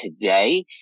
today